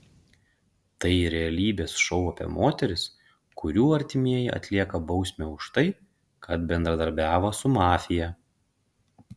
tai realybės šou apie moteris kurių artimieji atlieka bausmę už tai kad bendradarbiavo su mafija